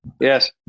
yes